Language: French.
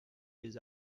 les